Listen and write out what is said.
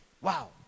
wow